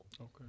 okay